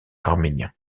arméniens